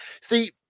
see